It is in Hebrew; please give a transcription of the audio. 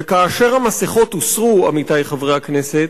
וכאשר המסכות הוסרו, עמיתי חברי הכנסת,